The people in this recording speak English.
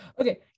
Okay